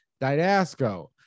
Didasco